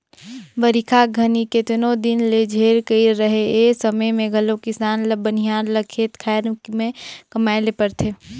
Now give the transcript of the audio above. बरिखा घनी केतनो दिन ले झेर कइर रहें ए समे मे घलो किसान ल बनिहार ल खेत खाएर मे कमाए ले परथे